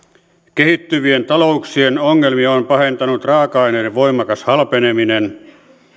kehittyvien talouksien ongelmia on pahentanut raaka aineiden voimakas halpeneminen